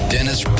Dennis